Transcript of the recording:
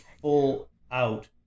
full-out